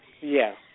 Yes